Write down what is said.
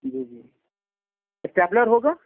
جی جی اسٹیپلر ہوگا